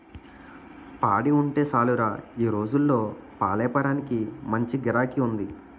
పాడి ఉంటే సాలురా ఈ రోజుల్లో పాలేపారానికి మంచి గిరాకీ ఉంది